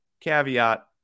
caveat